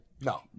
No